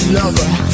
lover